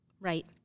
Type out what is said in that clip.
Right